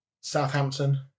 Southampton